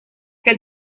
que